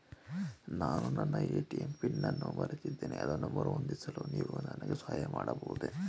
ನಾನು ನನ್ನ ATM PIN ಅನ್ನು ಮರೆತಿದ್ದೇನೆ ಅದನ್ನು ಮರುಹೊಂದಿಸಲು ನೀವು ನನಗೆ ಸಹಾಯ ಮಾಡಬಹುದೇ?